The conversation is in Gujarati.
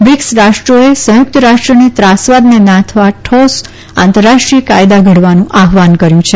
બ્રિકસ રાષ્ટ્રોએ સંયુકત રાષ્ટ્રને ત્રાસવાદને નાથવા ઠોસ આંતરરાષ્ટ્રીય કાયદા ઘડવાનું આહવાન કર્યુ છે